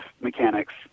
mechanics